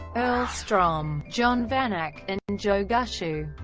earl strom, john vanak, and and joe gushue.